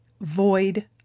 void